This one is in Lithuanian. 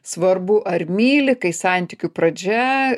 svarbu ar myli kai santykių pradžia